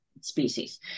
species